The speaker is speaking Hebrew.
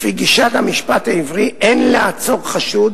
לפי גישת המשפט העברי אין לעצור חשוד